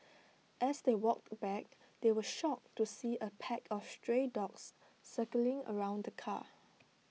as they walked back they were shocked to see A pack of stray dogs circling around the car